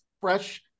fresh